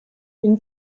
une